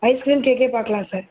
ice cream கேக்கே பார்க்கலாம் sir